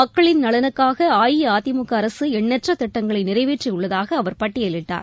மக்களின் நலனுக்காகஅஇஅதிமுகஅரசுஎண்ணற்றதிட்டங்களைநிறைவேற்றியுள்ளதாகஅவர் பட்டியலிட்டார்